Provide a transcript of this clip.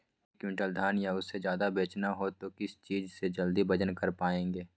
एक क्विंटल धान या उससे ज्यादा बेचना हो तो किस चीज से जल्दी वजन कर पायेंगे?